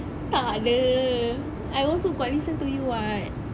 takda I also got listen to you [what]